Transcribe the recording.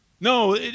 No